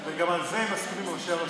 על זה גם מסכימים ראשי הרשויות.